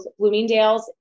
Bloomingdales